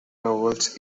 novels